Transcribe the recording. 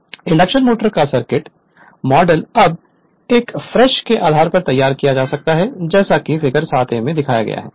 Refer Slide Time 3304 induction motor का circuit model अब पर फ्रेश के आधार पर तैयार किया जा सकता है जैसा कि फिगर 7 a में दिखाया गया है